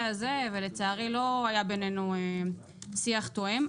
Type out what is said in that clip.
הזה ולצערי לא היה בינינו שיח תואם,